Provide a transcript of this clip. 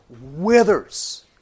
withers